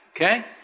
okay